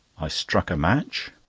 i struck a match,